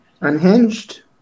unhinged